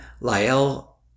Lyle